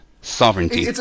sovereignty